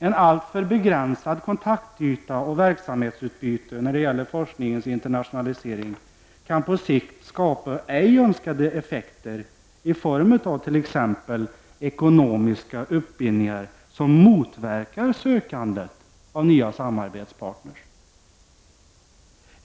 En alltför begränsad kontaktyta och ett alltför begränsat verksamhetsutbyte när det gäller forskningens internationalisering kan på sikt skapa ej önskade effekter i form av t.ex. ekonomiska uppbindningar som motverkar sökandet efter nya samarbetspartner.